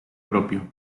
propio